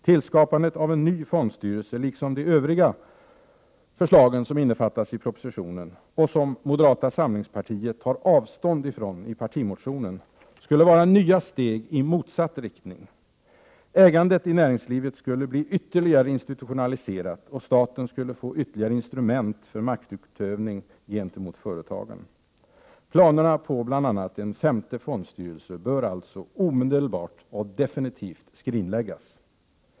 Tillskapandet av en ny fondstyrelse liksom de övriga förslag som innefattas i propositionen och som moderata samlingspartiet tar avstånd ifrån i partimotionen skulle vara nya steg i motsatt riktning. Ägandet i näringslivet skulle bli ytterligare institutionaliserat, och staten skulle få ytterligare instrument för maktutövning gentemot företagen. Planerna på bl.a. en femte fondstyrelse bör alltså omedelbart och definitivt skrinläggas.